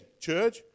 church